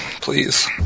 Please